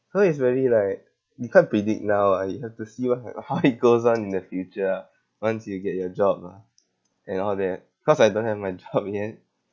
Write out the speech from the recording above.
so it's really like we can't predict now ah you have to see what like how it goes on in the future ah once you get your job lah and all that cause I don't have my job yet